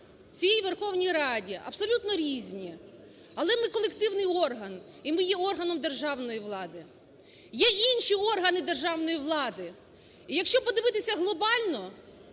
в цій Верховній Раді абсолютно різні, але ми колективний орган і ми є органом державної влади. Є інші органи державної влади. І якщо подивитися глобально,